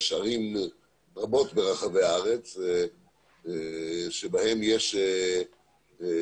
יש ערים רבות ברחבי הארץ שבהן יש תוכניות